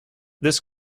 this